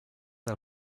del